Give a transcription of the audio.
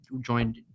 joined